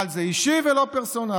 אבל זה אישי ולא פרסונלי,